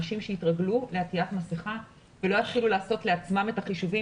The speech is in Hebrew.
אנשים יתרגלו לעטיית מסכה ולא יתחילו לעשות לעצמם את החישובים